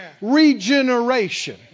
regeneration